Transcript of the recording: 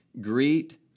Greet